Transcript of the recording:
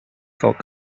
felt